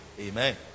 Amen